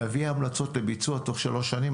תביא המלצות לביצוע בתוך שלוש שנים,